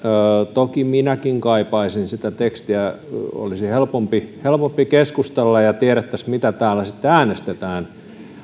toki minäkin kaipaisin sitä tekstiä olisi helpompi helpompi keskustella ja tiedettäisiin mistä täällä äänestetään